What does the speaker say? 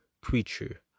creature